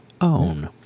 own